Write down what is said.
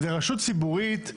זו רשות ציבורית,